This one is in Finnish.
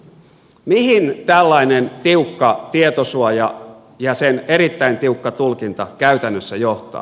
mihin tällainen tiukka tietosuoja ja sen erittäin tiukka tulkinta käytännössä johtaa